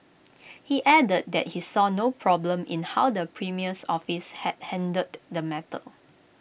he added that he saw no problem in how the premier's office had handled the matter